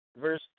verse